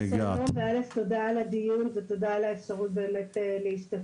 תודה על הדיון ותודה על האפשרות להתייחס.